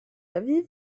aviv